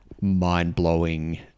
mind-blowing